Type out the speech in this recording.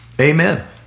Amen